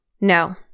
No